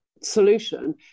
solution